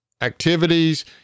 activities